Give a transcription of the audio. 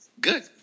Good